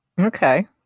Okay